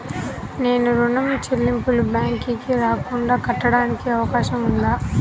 నేను ఋణం చెల్లింపులు బ్యాంకుకి రాకుండా కట్టడానికి అవకాశం ఉందా?